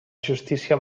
justícia